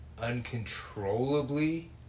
uncontrollably